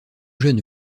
jeunes